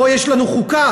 פה יש לנו חוקה?